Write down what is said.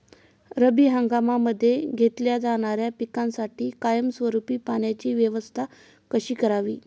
रब्बी हंगामामध्ये घेतल्या जाणाऱ्या पिकांसाठी कायमस्वरूपी पाण्याची व्यवस्था कशी करावी?